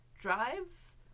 drives